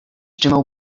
trzymał